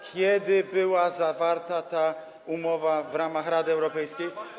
Kiedy była zawarta ta umowa w ramach Rady Europejskiej?